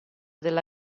della